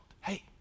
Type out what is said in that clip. hey